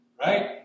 Right